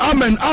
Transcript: Amen